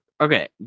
okay